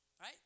Right